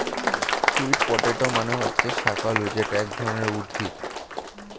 sweet potato মানে হচ্ছে শাকালু যেটা এক ধরনের উদ্ভিদ